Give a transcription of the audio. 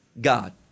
god